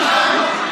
שב, בבקשה.